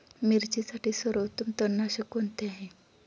मिरचीसाठी सर्वोत्तम तणनाशक कोणते आहे?